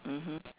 mmhmm